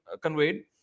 conveyed